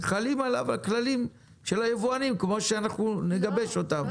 חלים עליו הכללים של היבואנים כמו שאנחנו נגבש אותם.